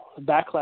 backlash